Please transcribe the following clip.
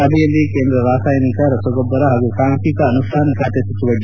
ಸಭೆಯಲ್ಲಿ ಕೇಂದ್ರ ರಾಸಾಯನಿಕ ರಸಗೊಬ್ಬರ ಹಾಗೂ ಸಾಂಖೀಕ ಅನುಷ್ಠಾನ ಖಾತೆ ಸಚಿವ ಡಿ